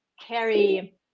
carry